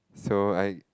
so I